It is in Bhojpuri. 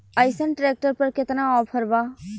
अइसन ट्रैक्टर पर केतना ऑफर बा?